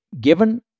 given